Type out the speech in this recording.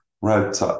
right